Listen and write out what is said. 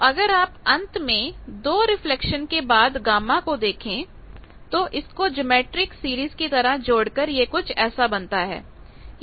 तो अगर आप अंत में 2 रिफ्लेक्शन के बाद Γ को देखेंगे तो इसको ज्योमैट्रिक सीरीज की तरह जोड़कर यह कुछ ऐसा बनता है